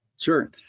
Sure